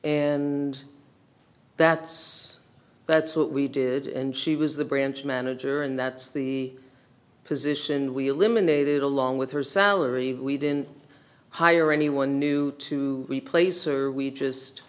and that's that's what we did and she was the branch manager and that's the position we eliminated along with her salary we didn't hire anyone new to replace her we just